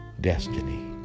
destiny